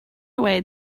away